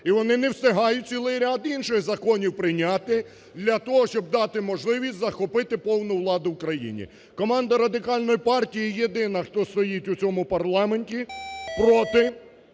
і вони не встигають цілий ряд інших законів прийняти для того, щоб дати можливість захопити повну владу в країні. Команда Радикальної партії єдина, хто стоїть у цьому парламенті проти